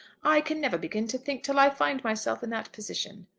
i can never begin to think till i find myself in that position.